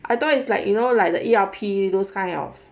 I thought it's like you know like the E_R_P those kind of